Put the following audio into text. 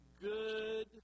good